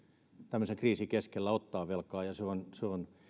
tämmöisen kriisin keskellä ottaa velkaa ja se on se on